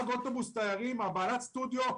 בעלת סטודיו,